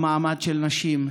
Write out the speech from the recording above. המעמד של נשים,